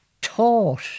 taught